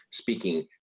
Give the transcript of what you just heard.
speaking